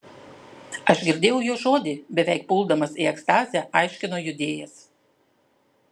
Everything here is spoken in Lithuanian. aš girdėjau jo žodį beveik puldamas į ekstazę aiškino judėjas